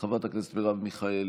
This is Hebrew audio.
חברת הכנסת מרב מיכאלי,